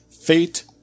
Fate